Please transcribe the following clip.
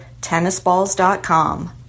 TennisBalls.com